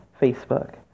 Facebook